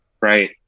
Right